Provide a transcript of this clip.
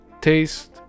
taste